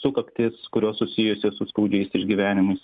sukaktys kurios susijusios su skaudžiais išgyvenimais